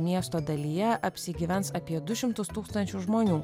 miesto dalyje apsigyvens apie du šimtus tūkstančių žmonių